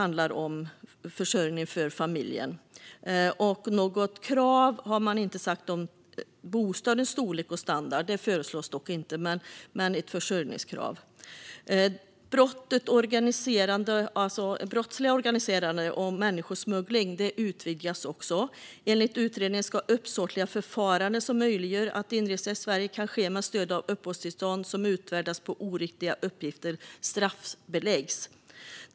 Något förslag på krav för bostadens storlek och standard har inte tagits upp, men det finns förslag på försörjningskrav. Vidare finns förslag på att brottet organiserande av människosmuggling utvidgas. Enligt utredningen ska uppsåtliga förfaranden som möjliggör att inresa i Sverige kan ske med stöd av uppehållstillstånd som utfärdats på oriktiga uppgifter straffbeläggas.